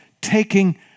taking